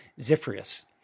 Zephyrus